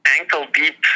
ankle-deep